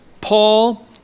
Paul